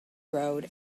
road